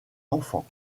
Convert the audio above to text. enfant